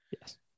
Yes